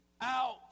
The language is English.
out